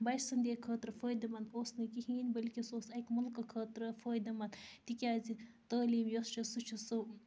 بَچہٕ سٕندۍ خٲطرٕ فٲیِدٕ مَنٛد اوس نہٕ کِہیٖنۍ بلکہ سُہ اوس اَکہ مُلکہٕ خٲطرٕ فٲیِدٕ منٛد تِکیٛازِ تعلیٖم یۄس چھِ سُہ چھِ سُہ